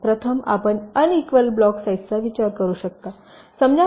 प्रथम आपण unequal block साईजचा विचार करू शकता